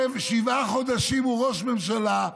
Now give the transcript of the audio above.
שבעה חודשים הוא ראש ממשלה,